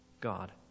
God